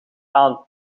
aan